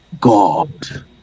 God